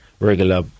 regular